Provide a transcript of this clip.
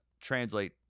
translate